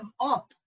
up